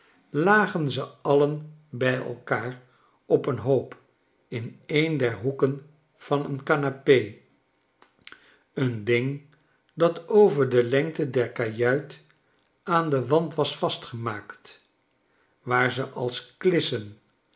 lagen ze alien bij elkaar op een hoop in een der hoeken van een canap een ding dat over de lengte der kajuit aan den wand was vastgemaakt waar ze als klissen